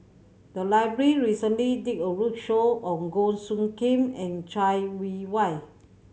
the library recently did a roadshow on Goh Soo Khim and Chai Yee Wei